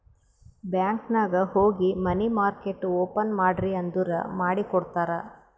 bank ನಾಗ್ ಹೋಗಿ money market open ಮಾಡ್ರಿ ಅಂದುರ್ ಮಾಡಿ ಕೊಡ್ತಾರ್